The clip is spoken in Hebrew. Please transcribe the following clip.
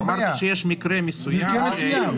ככל שיש התייחסות לשאלה ביחס לסעיף 9(2) לפקודת מס הכנסה,